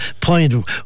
Point